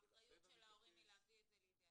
האחריות של ההורים זה להביא את זה לידיעתנו.